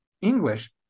english